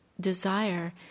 desire